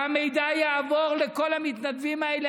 שהמידע יעבור לכל המתנדבים האלה,